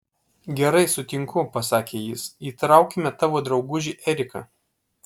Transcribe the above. gerai sutinku pasakė jis įtraukime tavo draugužį eriką